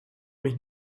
mich